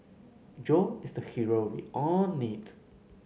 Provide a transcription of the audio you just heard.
Joe is the hero we all need